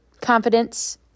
confidence